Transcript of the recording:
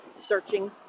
searching